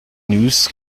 news